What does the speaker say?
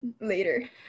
later